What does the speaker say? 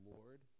Lord